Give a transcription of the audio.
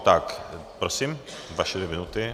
Tak prosím, vaše dvě minuty.